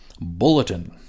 Bulletin